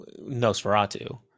Nosferatu